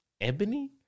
ebony